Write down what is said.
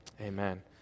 Amen